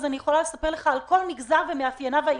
אבל אני יכולה לספר לך איך לכל מגזר יש מאפיינים ייחודיים.